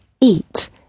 eat